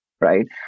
Right